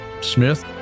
Smith